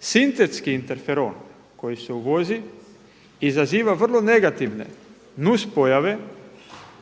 sintetski interferon koji se uvozi izaziva vrlo negativne nuspojave